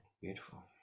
Beautiful